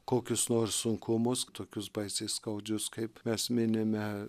kokius nors sunkumus tokius baisiai skaudžius kaip mes minime